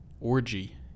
orgy